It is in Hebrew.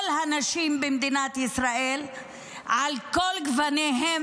כל הנשים במדינת ישראל על כל גווניהן